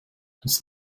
das